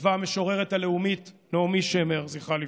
כתבה המשוררת הלאומית נעמי שמר, זכרה לברכה.